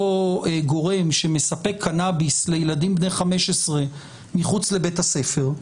גורם שמספק קנאביס לילדים בני 15 מחוץ לבית הספר,